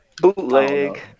Bootleg